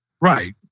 Right